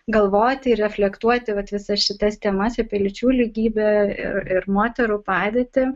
galvoti reflektuoti vat visas šitas temas apie lyčių lygybę ir ir moterų padėtį